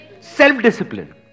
Self-discipline